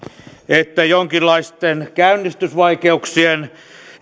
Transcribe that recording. että jonkinlaisten käynnistysvaikeuksien jälkeen